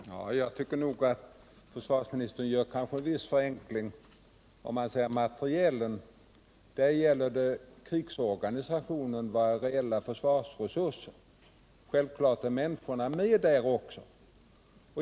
Herr talman! Jag tycker att försvarsministern gör en viss förenkling om han säger att i fråga om materielen gäller det krigsorganisationen, bara reella försvarsresurser. Självfallet är människorna med där också.